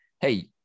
hey